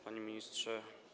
Panie Ministrze!